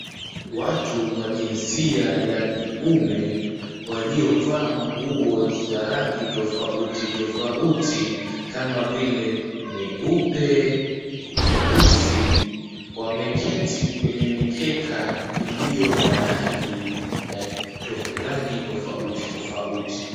Watu wa jinsia ya kiume waliovaa nguo za rangi tofauti tofauti kama vile nyeupe, nyeusi, wameketi kwenye mikeka iliyo na rangi tofauti tofauti.